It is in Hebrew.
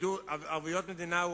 ערבויות מדינה,